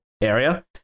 area